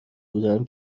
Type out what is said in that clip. بودم